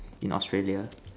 in Australia